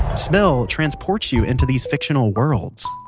smell transports you into these fictional worlds